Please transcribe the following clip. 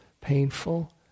painful